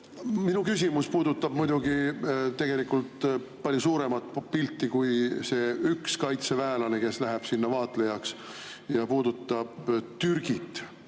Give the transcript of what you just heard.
Minu küsimus puudutab tegelikult palju suuremat pilti kui see üks kaitseväelane, kes läheb sinna vaatlejaks. See puudutab Türgit,